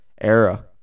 era